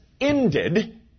ended